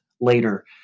later